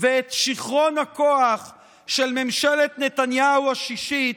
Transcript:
ואת שיכרון הכוח של ממשלת נתניהו השישית,